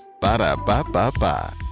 Ba-da-ba-ba-ba